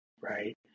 right